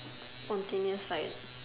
spontaneous side